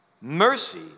mercy